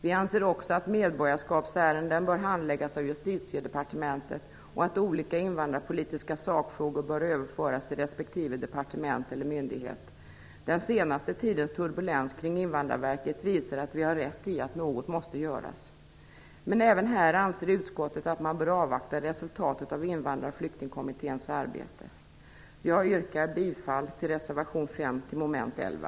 Vi anser också att medborgarskapsärenden bör handläggas av Justitiedepartementet och att olika invandrarpolitiska sakfrågor bör överföras till respektive departement eller myndighet. Den senaste tidens turbulens kring Invandrarverket visar att vi har rätt i att något måste göras. Men även i detta fall anser utskottet att man bör avvakta resultatet av Invandraroch flyktingkommitténs arbete. Jag yrkar bifall till reservation 5 till moment 11.